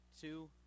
two